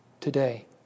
today